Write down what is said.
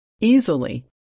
Easily